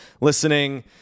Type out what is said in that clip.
listening